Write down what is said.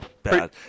bad